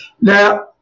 Now